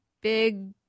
big